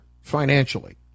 financially